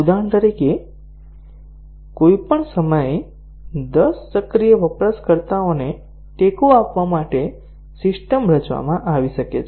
ઉદાહરણ તરીકે કોઈ પણ સમયે દસ સક્રિય વપરાશકર્તાઓને ટેકો આપવા માટે સિસ્ટમ રચવામાં આવી શકે છે